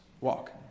walk